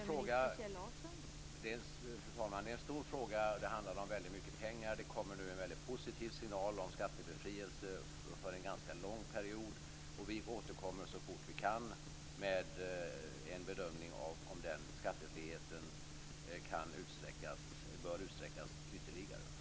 Fru talman! Det är en stor fråga, och det handlar om väldigt mycket pengar. Det kommer nu en mycket positiv signal om skattebefrielse för en ganska lång period, och vi återkommer så fort vi kan med en bedömning av om den skattefriheten bör utsträckas ytterligare.